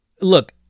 Look